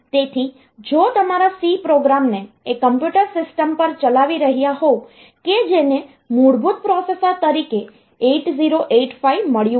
તેથી જો તમે તમારા C પ્રોગ્રામને એ કમ્પ્યુટર સિસ્ટમ પર ચલાવી રહ્યા હોવ કે જેને મૂળભૂત પ્રોસેસર તરીકે 8085 મળ્યું છે